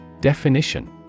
Definition